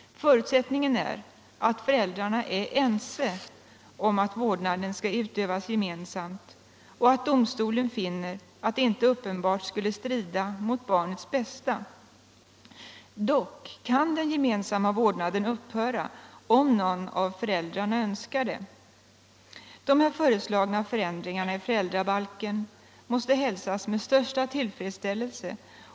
Förutsättningen är att föräldrarna är ense om att vårdnaden skall utövas gemensamt och att domstolen finner att det inte uppenbart skulle strida mot barnets bästa. Dock kan den gemensamma vårdnaden upphöra, om någon av föräldrarna önskar det. De här föreslagna ändringarna i föräldrabalken måste hälsas med största tillfredsställelse.